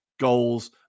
goals